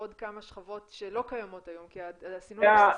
בעוד כמה שכבות שלא קיימות היום כי הסינון הוא בסיסי.